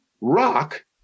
rock